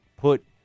put